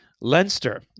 Leinster